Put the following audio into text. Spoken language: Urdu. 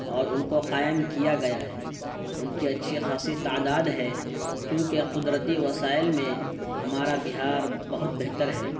اور ان کو قائم کیا گیا ہے ان کی اچھی خاصی تعداد ہے کیونکہ قدرتی وسائل میں ہمارا بہار بہت بہتر ہے